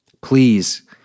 Please